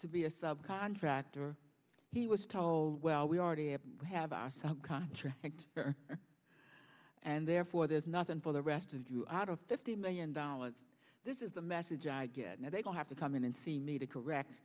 to be a subcontractor he was told well we already have have our some contract and therefore there's nothing for the rest of you out of fifty million dollars this is the message i get now they don't have to come in and see me to correct